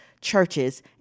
churches